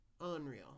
unreal